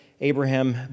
Abraham